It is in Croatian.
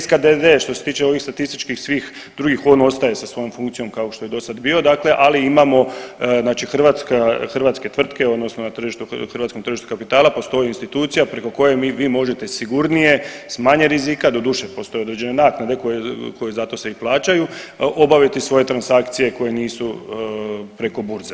SKDD što se tiče ovih statističkih svih drugih on ostaje sa svojom funkcijom kao što je do sad bio, dakle ako imamo znači hrvatske tvrtke odnosno na hrvatskom tržištu kapitala postoji institucija preko koje vi možete sigurnije, sa manje rizika, doduše postoje određene naknade koje za to se i plaćaju, obaviti svoje transakcije koje nisu preko burze.